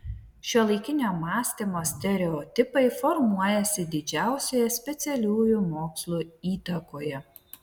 šiuolaikinio mąstymo stereotipai formuojasi didžiausioje specialiųjų mokslų įtakoje